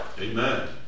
Amen